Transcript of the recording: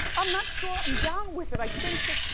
i'm not sure i'm down with it, i think that,